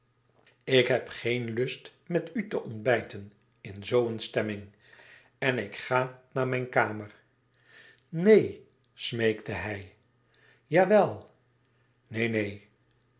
ik heb geen lust met u te ontbijten in zoo een stemming en ik ga naar mijn kamer neen smeekte hij jawel neen neen